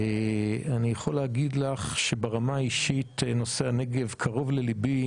אני יכול להגיד לך שברמה האישית נושא הנגב קרוב ללבי.